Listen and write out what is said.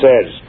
says